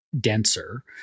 denser